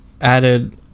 added